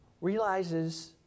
Realizes